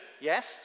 yes